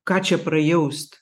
ką čia prajaust